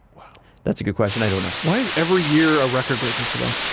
that's a good question, i don't know. why is every year a record breaker for them?